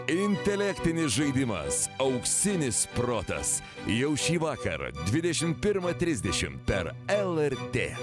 intelektinis žaidimas auksinis protas jau šį vakarą dvidešimt pirmą trisdešimt per lrt